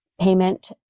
payment